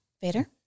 Vader